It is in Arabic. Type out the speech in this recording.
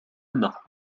النهر